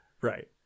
Right